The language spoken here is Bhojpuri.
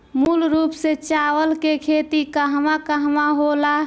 मूल रूप से चावल के खेती कहवा कहा होला?